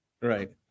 right